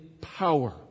power